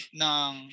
ng